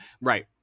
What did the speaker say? Right